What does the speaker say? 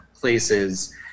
places